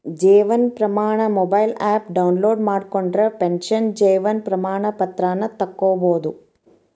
Jeevan Pramaan mobile app download ಮಾಡ್ಕೊಂಡ್ರ pension Jeevan Pramaan ಪತ್ರಾನ ತೊಕ್ಕೊಬೋದು